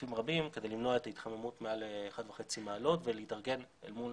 גופים רבים כדי למנוע את ההתחממות מעל 1.5 מעלות ולהתארגן אל מול